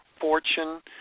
fortune